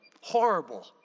horrible